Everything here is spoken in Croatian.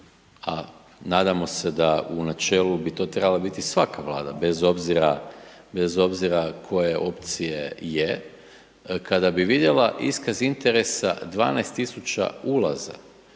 a nadamo se da u načelu bi to trebala biti svaka Vlada bez obzira, bez obzira koje opcije je, kada bi vidjela iskaz interesa 12000 ulaza